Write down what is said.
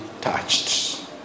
touched